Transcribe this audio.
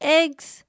eggs